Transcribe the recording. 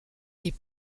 est